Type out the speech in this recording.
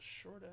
short